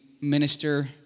minister